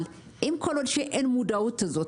אבל אם כל עוד שאין מודעות הזאת,